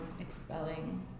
expelling